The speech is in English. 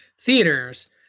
theaters